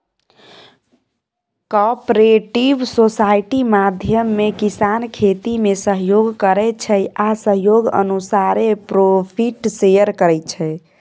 cooperative society माध्यमे किसान खेतीमे सहयोग करै छै आ सहयोग अनुसारे प्रोफिट शेयर करै छै